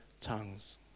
tongues